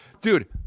Dude